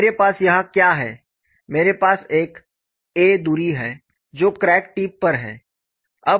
तो मेरे पास यहाँ क्या है मेरे पास एक दूरी है जो क्रैक टिप पर है